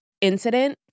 incident